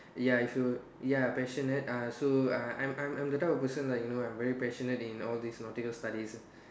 ya if you ya passionate uh so I I'm I'm the type of person like you know I'm very passionate in all these nautical studies